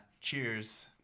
cheers